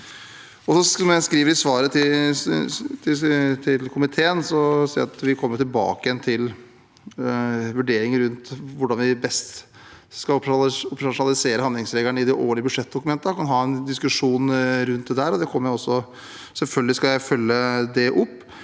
Som jeg skriver i svaret til komiteen, kommer vi tilbake igjen til vurderinger av hvordan vi best skal operasjonalisere handlingsregelen i de årlige budsjettdokumentene, at vi kan ha en diskusjon om det. Selvfølgelig skal jeg følge det opp,